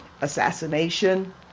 assassination